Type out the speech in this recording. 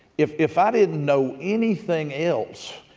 if if i didn't know anything else,